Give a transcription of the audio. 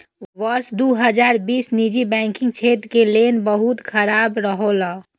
वर्ष दू हजार बीस निजी बैंकिंग क्षेत्र के लेल बहुत खराब रहलै